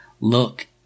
look